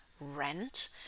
Rent